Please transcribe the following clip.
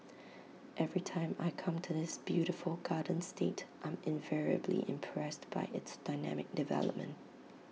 every time I come to this beautiful garden state I'm invariably impressed by its dynamic development